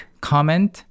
Comment